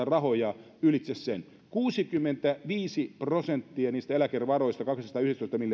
rahoja ylitse sen kuusikymmentäviisi prosenttia niistä eläkerahastojen varoista kahdestasadastayhdestätoista miljardista